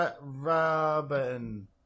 Robin